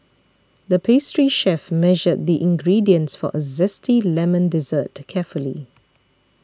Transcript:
the pastry chef measured the ingredients for a Zesty Lemon Dessert carefully